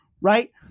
right